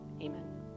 Amen